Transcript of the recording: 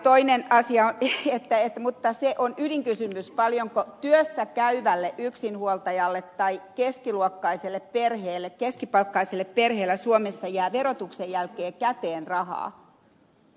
toinen asia ydinkysymys on se paljonko työssä käyvälle yksinhuoltajalle tai keskiluokkaiselle perheelle keskipalkkaiselle perheelle suomessa jää verotuksen jälkeen käteen rahaa